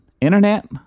internet